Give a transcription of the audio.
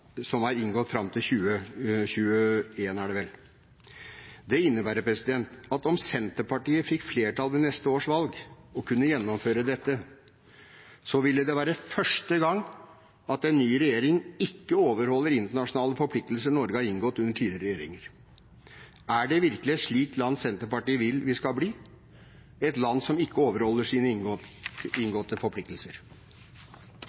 som er inngått fram til 2021. Det innebærer at om Senterpartiet fikk flertall ved neste års valg og kunne gjennomføre dette, ville det være første gang en ny regjering ikke overholder internasjonale forpliktelser Norge har inngått under tidligere regjeringer. Er det virkelig et slikt land Senterpartiet vil vi skal bli – et land som ikke overholder sine